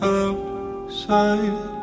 outside